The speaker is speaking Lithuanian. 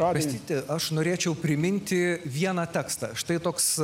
kastyti aš norėčiau priminti vieną tekstą štai toks